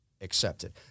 accepted